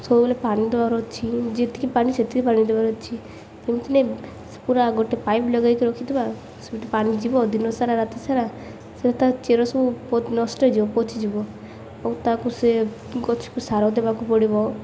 ସବୁବେଳେ ପାଣି ଦେବାର ଅଛି ଯେତିକି ପାଣି ସେତିକି ପାଣି ଦେବାର ଅଛି ଏମିତି ନାହିଁ ପୁରା ଗୋଟେ ପାଇପ୍ ଲଗାଇକି ରଖିଥିବା ସେଇଠି ପାଣି ଯିବ ଦିନ ସାରା ରାତି ସାରା ସେ ତା ଚେର ସବୁ ନଷ୍ଟ ହୋଇଯିବ ପଚିଯିବ ଆ ତାକୁ ସେ ଗଛକୁ ସାର ଦେବାକୁ ପଡ଼ିବ